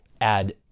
add